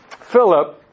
Philip